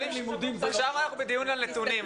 עכשיו אנחנו בדיון על נתונים,